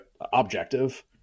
objective